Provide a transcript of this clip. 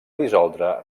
dissoldre